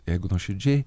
jeigu nuoširdžiai